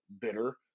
bitter